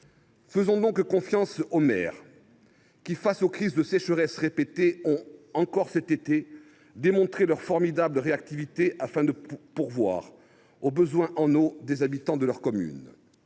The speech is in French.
Faisons donc confiance aux maires qui, face aux sécheresses répétées, ont encore démontré cet été leur formidable réactivité afin de pourvoir aux besoins en eau des habitants de leurs communes.